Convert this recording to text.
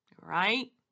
right